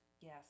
yes